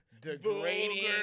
degrading